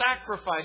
sacrifice